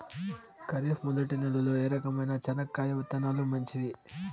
ఖరీఫ్ మొదటి నెల లో ఏ రకమైన చెనక్కాయ విత్తనాలు మంచివి